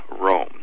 Rome